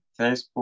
Facebook